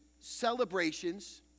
celebrations